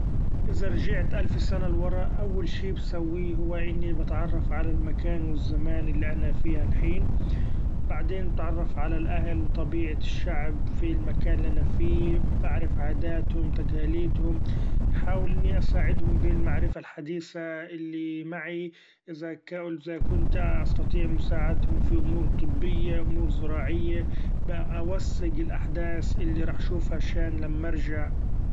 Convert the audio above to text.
إذا رچعت ألف سنة لورا ، أول شي بسويه هو إني بتعرف علي المكان والزمإن اللي أنا فيه هالحين ، بعدين بتعرف علي الاهل وطبيعة الشعب في المكان اللي أنا فيه بعرف عاداتهم تقاليدهم بحأول إني اساعدهم بالمعرفة الحديثة اللي معي إذا ك- إذا كنت استطيع مساعدتهم في امور طبية امور زراعية بوثق الاحداث اللي راح شوفها شإن لما ارچع.